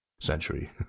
century